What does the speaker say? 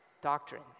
doctrine